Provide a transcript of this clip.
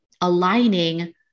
aligning